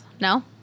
no